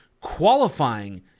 qualifying